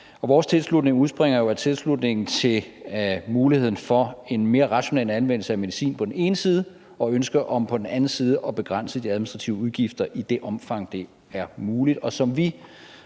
jo af tilslutningen til muligheden for en mere rationel anvendelse af medicin på den ene side, og på den anden side et ønske om at begrænse de administrative udgifter i det omfang, det er muligt.